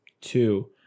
two